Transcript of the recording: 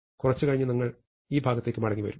കുറച്ചുകഴിഞ്ഞ് ഞങ്ങൾ ഈ ഭാഗത്തേക്ക് മടങ്ങിവരും